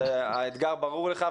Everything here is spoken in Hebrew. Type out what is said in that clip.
האתגר ברור לך,